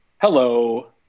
Hello